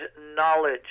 knowledge